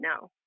no